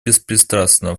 беспристрастно